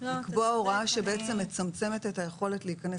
לקבוע הוראה שבעצם מצמצמת את היכולת להיכנס